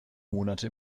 monate